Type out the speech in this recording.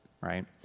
right